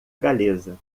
galesa